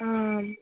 आम्